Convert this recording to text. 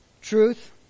Truth